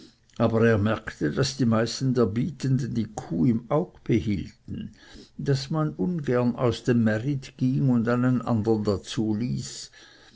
aber er merkte daß die meisten der bietenden die kuh im auge behielten daß man ungern aus dem märit ging und einen andern dazuließ